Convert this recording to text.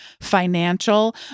financial